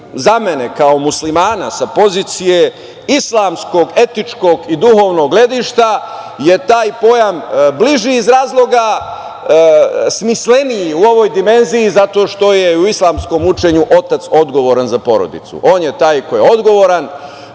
za mene kao muslimana sa pozicije islamskog, etničkog i duhovnog gledišta, je taj pojam bliži iz razloga, smisleniji u ovoj dimenziji, zato što je u islamskom učenju otac odgovoran za porodicu. On je taj koji je odgovoran